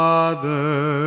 Father